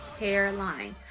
hairline